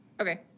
Okay